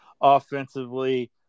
offensively